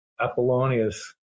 Apollonius